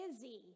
busy